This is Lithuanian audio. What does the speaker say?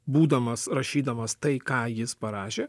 būdamas rašydamas tai ką jis parašė